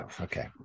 Okay